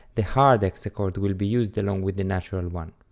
the hard hexachord will be used along with the natural one,